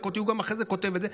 אותי" והוא גם אחרי זה כותב את זה,